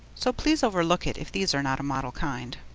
so please overlook it if these are not a model kind.